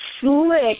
slick